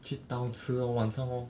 去 town 吃 lor 晚餐 lor